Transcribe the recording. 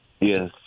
Yes